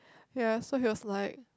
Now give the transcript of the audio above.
ya so he was like